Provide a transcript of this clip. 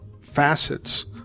facets